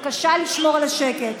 נוכחת